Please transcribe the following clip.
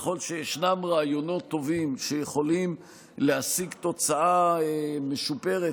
ככל שישנם רעיונות טובים שיכולים להשיג תוצאה משופרת,